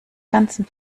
ganzen